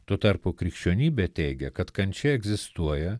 tuo tarpu krikščionybė teigia kad kančia egzistuoja